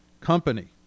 company